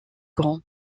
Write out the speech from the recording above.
grand